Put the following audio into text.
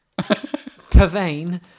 Pervane